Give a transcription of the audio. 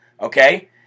Okay